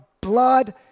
blood